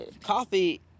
coffee